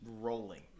rolling